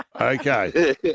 Okay